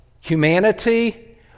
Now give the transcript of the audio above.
humanity